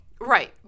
Right